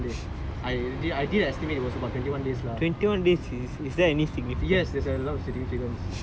it's not the that night I counted twenty one days I think was twenty one days I did estimate it was twenty one days lah